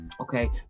Okay